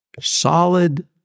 Solid